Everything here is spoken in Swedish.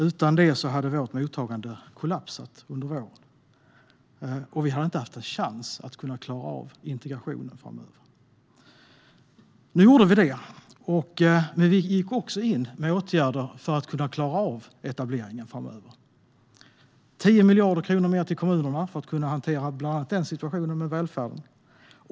Utan detta hade vårt mottagande kollapsat under våren, och vi hade inte haft en chans att klara av integrationen fram-över. Nu gjorde vi detta, men vi gick också in med åtgärder för att kunna klara av etableringen framöver. Vi gav 10 miljarder kronor mer till kommunerna för att kunna hantera bland annat situationen med välfärden.